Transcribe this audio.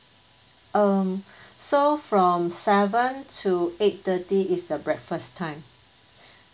um so from seven to eight thirty is the breakfast time